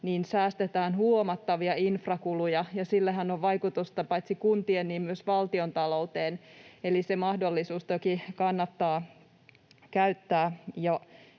säästetään huomattavia infrakuluja, ja sillähän on vaikutusta paitsi kuntien myös valtion talouteen. Eli se mahdollisuus toki kannattaa käyttää, ja